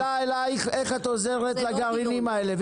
השאלה אלייך איך את עוזרת לגרעינים האלה?